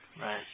Right